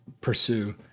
pursue